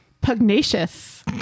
pugnacious